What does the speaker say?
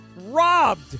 robbed